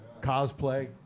cosplay